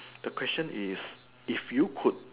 the question is if you could